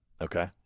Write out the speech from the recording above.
Okay